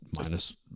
Minus